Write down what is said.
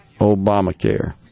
Obamacare